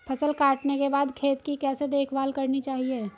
फसल काटने के बाद खेत की कैसे देखभाल करनी चाहिए?